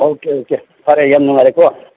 okay okay ꯐꯔꯦ ꯌꯥꯝ ꯅꯨꯡꯉꯥꯏꯔꯦꯀꯣ